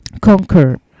conquer